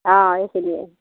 অঁ এইখিনিয়ে